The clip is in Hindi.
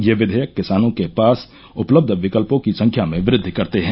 ये विधेयक किसानों के पास उपलब्ध विकल्पों की संख्या में वृद्वि करते है